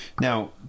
Now